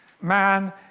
man